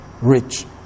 rich